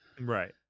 Right